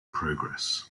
progress